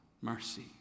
mercy